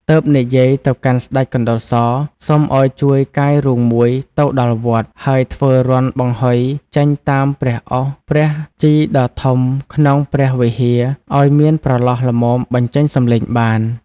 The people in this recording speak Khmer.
ទើបនិយាយទៅកាន់ស្តេចកណ្តុរ ស សុំឲ្យជួយកាយរូងមួយទៅដល់វត្ត ហើយធ្វើរន្ធបង្ហុយចេញតាមព្រះឱស្ឋព្រះជីដ៏ធំក្នុងព្រះវិហារឲ្យមានប្រឡោះល្មមបញ្ចេញសំឡេងបាន ។